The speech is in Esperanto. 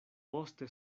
poste